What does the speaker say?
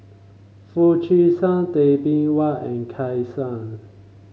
Foo Chee San Tay Bin Wee and Kay Sun